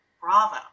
bravo